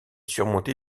surmonté